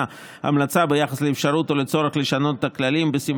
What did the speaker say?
המלצה ביחס לאפשרות או לצורך לשנות את הכללים בשים